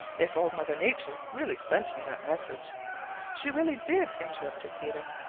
if old mother nature really sent me that message she really did, interrupted peter.